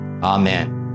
Amen